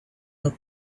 out